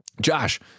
Josh